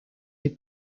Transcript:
les